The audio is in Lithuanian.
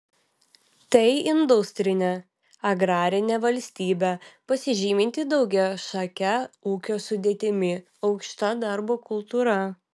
tai industrinė agrarinė valstybė pasižyminti daugiašake ūkio sudėtimi aukšta darbo kultūra